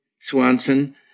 Swanson